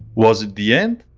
was it the end?